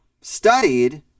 studied